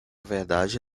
verdade